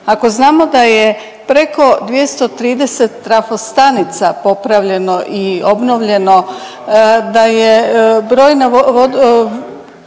Ako znamo da je preko 230 trafostanica popravljeno i obnovljeno, da je brojna